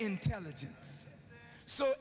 intelligence so